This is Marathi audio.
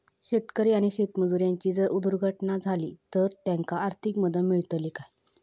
शेतकरी आणि शेतमजूर यांची जर दुर्घटना झाली तर त्यांका आर्थिक मदत मिळतली काय?